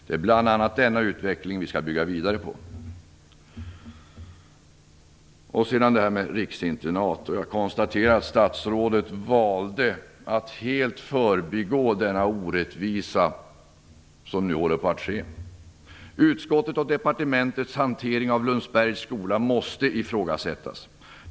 Det är bl.a. denna utveckling vi skall bygga vidare på. Så till frågan om riksinternat. Jag konstaterar att statsrådet valde att helt förbigå denna orättvisa som nu håller på att inträffa. Utskottets och departementets hantering av Lundsberg skola måste ifrågasättas.